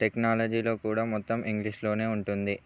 టెక్నాలజీలో కూడా మొత్తం ఇంగ్లీష్లోనే ఉంటుంది